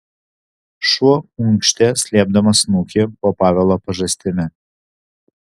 šuo unkštė slėpdamas snukį po pavelo pažastimi